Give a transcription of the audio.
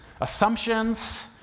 assumptions